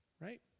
right